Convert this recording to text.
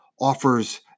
offers